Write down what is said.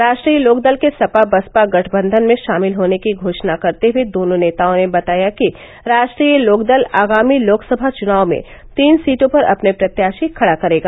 राश्ट्रीय लोकदल के सपा बसपा गठबंधन में षामिल होने की घोशणा करते हये दोनों नेताओं ने बताया कि राश्ट्रीय लोकदल आगामी लोकसभा चुनाव में तीन सीटों पर अपने प्रत्याषी खड़ा करेगा